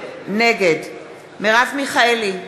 נגד מרב מיכאלי,